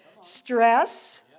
stress